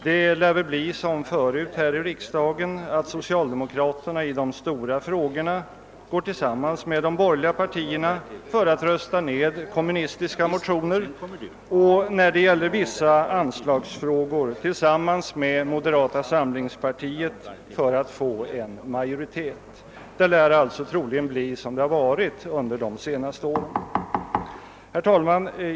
Det lär väl bli som tidigare här i riksdagen att socialdemokraterna går tillsammans med de borgerliga partierna i de stora frågorna för att rösta ned kommunistiska motioner, och när det gäller vissa anslagsfrågor kommer socialdemokraterna att gå samman med moderata samlingspartiet för att vinna majoritet. Det lär nog bli som det varit under de senaste åren.